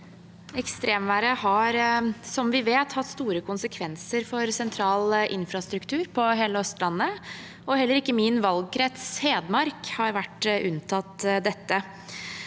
Ekstremværet har, som vi vet, hatt store konsekvenser for sentral infrastruktur på hele Østlandet. Heller ikke min valgkrets, Hedmark, har vært unntatt dette.